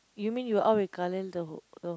you mean you out with Kalil the who~ the